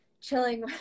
chilling